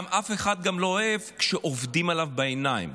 אף אחד גם לא אוהב שעובדים עליו בעיניים.